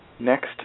Next